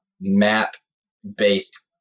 map-based